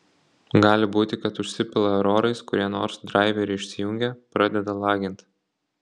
gali būti kad užsipila erorais kurie nors draiveriai išsijungia pradeda lagint